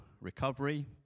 recovery